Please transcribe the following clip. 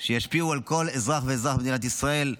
שישפיעו על כל אזרח ואזרח במדינת ישראל,